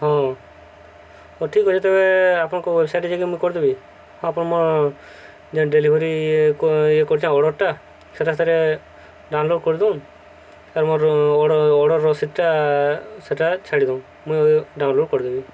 ହଁ ହଉ ଠିକ୍ ଅଛି ତେବେ ଆପଣଙ୍କ ୱେବସାଇଟରେ ଯାଇକି ମୁଇଁ କରିଦେବି ହଁ ଆପଣ ମୋ ଯେ ଡେଲିଭରି ଇଏ କରିଛ ଅର୍ଡ଼ରଟା ସେଟା ଥରେ ଡାଉନଲୋଡ଼ କରିଦେଉନ୍ ଆଉ ମୋର ଅର୍ଡ଼ର ରସିଦ୍ଟା ସେଟା ଛାଡ଼ିଦେଉ ମୁଇଁ ଡାଉନଲୋଡ଼ କରିଦେବି